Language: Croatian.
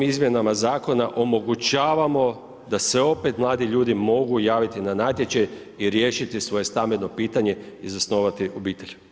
Ovim izmjenama zakona omogućavamo da se opet mladi ljudi mogu javiti na natječaj i riješiti svoje stambeno pitanje i zasnovati obitelj.